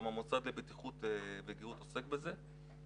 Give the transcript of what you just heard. המוסד לבטיחות וגהות עוסק בזה.